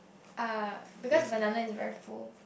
uh because banana is very full